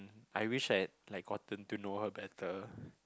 I wish I had like gotten to know her better